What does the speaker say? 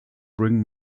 bring